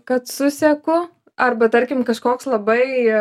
kad suseku arba tarkim kažkoks labai